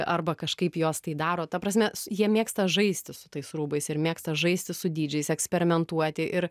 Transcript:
arba kažkaip jos tai daro ta prasme jie mėgsta žaisti su tais rūbais ir mėgsta žaisti su dydžiais eksperimentuoti ir